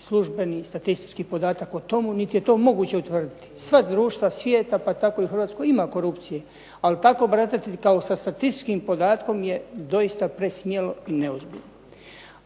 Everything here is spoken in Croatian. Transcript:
službeni statistički podatak o tomu, niti je to moguće utvrditi. Sva društva svijeta, pa tako i u Hrvatskoj ima korupcije, ali tako baratati kao sa statističkim podatkom je doista presmjelo i neozbiljno.